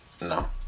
No